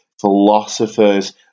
philosophers